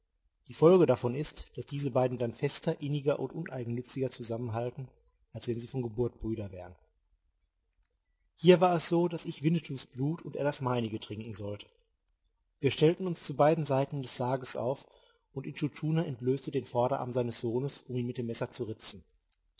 die folge davon ist daß diese beiden dann fester inniger und uneigennütziger zusammenhalten als wenn sie von geburt brüder wären hier war es so daß ich winnetous blut und er das meinige trinken sollte wir stellten uns zu beiden seiten des sarges auf und intschu tschuna entblößte den vorderarm seines sohnes um ihn mit dem messer zu ritzen